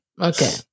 Okay